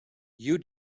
you